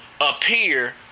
appear